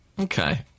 Okay